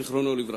זיכרונו לברכה,